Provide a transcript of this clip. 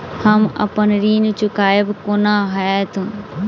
हम अप्पन ऋण चुकाइब कोना हैतय?